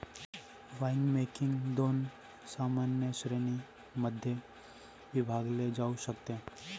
winemaking दोन सामान्य श्रेणीं मध्ये विभागले जाऊ शकते